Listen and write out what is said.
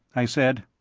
i said.